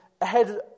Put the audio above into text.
ahead